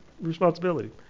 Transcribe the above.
responsibility